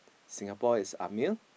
Singapore is a male